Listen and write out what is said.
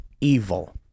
evil